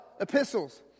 epistles